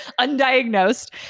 Undiagnosed